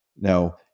Now